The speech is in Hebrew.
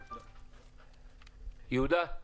יהודה?